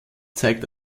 zeigt